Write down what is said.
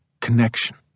Connection